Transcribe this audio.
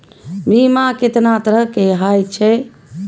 बीमा केतना तरह के हाई छै?